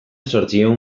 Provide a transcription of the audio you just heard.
zortziehun